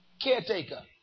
Caretaker